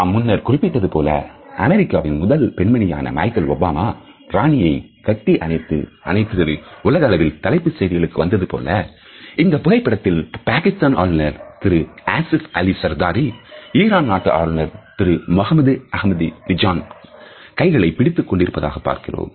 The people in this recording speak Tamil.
நாம் முன்னர் குறிப்பிட்டது போல அமெரிக்காவின் முதல் பெண்மணியான மைக்கேல் ஒபாமா ராணியை கட்டி அணைத்தது உலக அளவில் தலைப்புச் செய்திகளுக்கு வந்ததுபோல இந்த புகைப்படத்தில் பாகிஸ்தான் ஆளுநர் திரு ஆசிப் அலி சர்தாரி ஈரான் நாட்டு ஆளுநர் திரு முஹம்மத் அகமதிநிஜாத் கைகளைப் பிடித்துக் கொண்டிருப்பதாக பார்க்கிறோம்